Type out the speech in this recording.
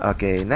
Okay